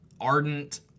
ardent